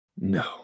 No